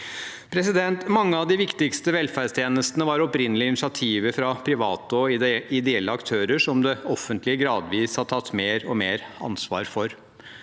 Mange av de viktigste velferdstjenestene var opprinnelig initiativer fra private og ideelle aktører, som det offentlige gradvis har tatt mer og mer ansvar for.